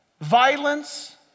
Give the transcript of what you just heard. Violence